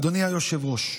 אדוני היושב-ראש,